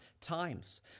times